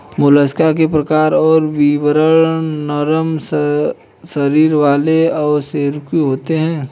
mollusc के प्रकार और विवरण नरम शरीर वाले अकशेरूकीय होते हैं